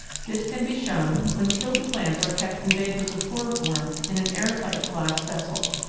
this can be shown when killed plants are kept in vapours of chloroform in an air tight glass vessel.